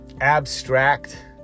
abstract